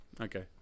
okay